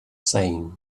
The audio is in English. saying